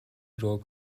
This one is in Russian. рог